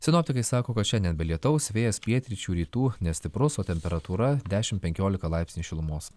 sinoptikai sako kad šiandien be lietaus vėjas pietryčių rytų nestiprus o temperatūra dešim penkiolika laipsnių šilumos